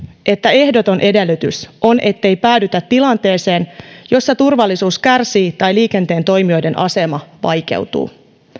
että ehdoton edellytys on ettei päädytä tilanteeseen jossa turvallisuus kärsii tai liikenteen toimijoiden asema vaikeutuu